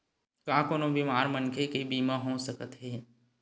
का कोनो बीमार मनखे के बीमा हो सकत हे?